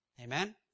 Amen